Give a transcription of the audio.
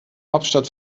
hauptstadt